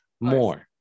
more